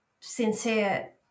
sincere